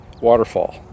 waterfall